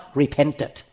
repented